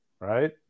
right